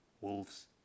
Wolves